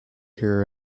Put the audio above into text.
here